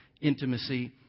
intimacy